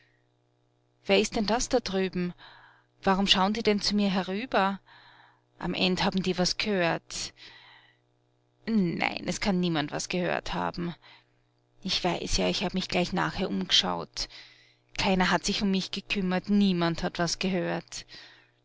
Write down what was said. ist denn das da drüben warum schau'n denn die zu mir herüber am end haben die was gehört nein es kann niemand was gehört haben ich weiß ja ich hab mich gleich nachher umgeschaut keiner hat sich um mich gekümmert niemand hat was gehört